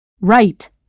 Right